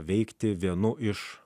veikti vienu iš